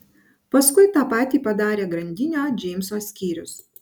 paskui tą patį padarė grandinio džeimso skyrius